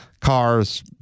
cars